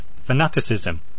fanaticism